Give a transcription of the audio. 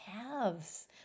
calves